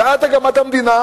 ועד הקמת המדינה